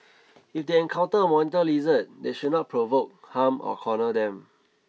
if they encounter a monitor lizard they should not provoke harm or corner them